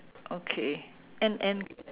okay and and